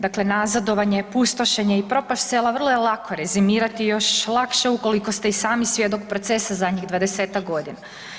Dakle, nazadovanje, pustošenje i propast sela vrlo je lako rezimirati, još lakše ukoliko ste i sami svjedok procesa zadnjih 20-tak godina.